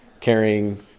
carrying